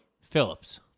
Phillips